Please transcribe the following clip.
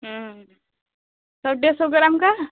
सौ डेढ़ सौ ग्राम का